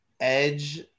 Edge